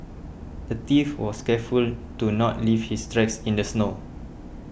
the thief was careful to not leave his tracks in the snow